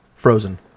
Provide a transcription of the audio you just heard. frozen